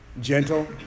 Gentle